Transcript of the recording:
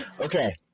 Okay